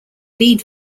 lead